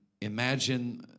imagine